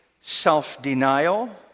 self-denial